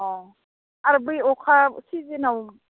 अ आरो बै अखा सिजेनाव